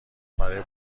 برای